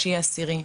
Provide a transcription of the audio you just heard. התשיעי והעשירי,